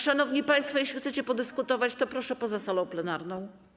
Szanowni państwo, jeśli chcecie podyskutować, to proszę poza salą plenarną.